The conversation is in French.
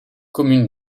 commune